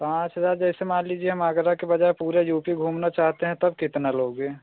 पाँच हज़ार जैसे मान लीजिए हम आगरा के बजाए पूरा यू पी घूमना चाहते हैं तब कितना लोगे